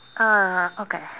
ah okay